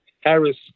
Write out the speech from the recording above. Harris